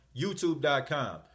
youtube.com